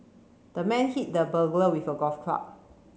the man hit the burglar with a golf club